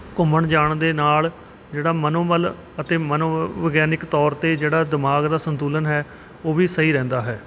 ਘੁੰਮਣ ਜਾਣ ਦੇ ਨਾਲ ਜਿਹੜਾ ਮਨੋਬਲ ਅਤੇ ਮਨੋਵਿਗਿਆਨਿਕ ਤੌਰ 'ਤੇ ਜਿਹੜਾ ਦਿਮਾਗ ਦਾ ਸੰਤੁਲਨ ਹੈ ਉਹ ਵੀ ਸਹੀ ਰਹਿੰਦਾ ਹੈ